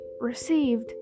received